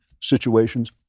situations